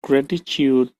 gratitude